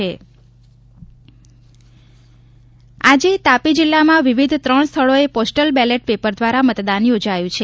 ballot paper મતદાન આજે તાપી જિલ્લામાં વિવિધ ત્રણ સ્થળોએ પોસ્ટલ બેલેટ પેપર દ્વારા મતદાન યોજાયું છે